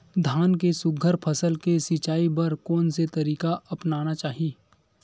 धान के सुघ्घर फसल के सिचाई बर कोन से तरीका अपनाना चाहि?